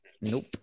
nope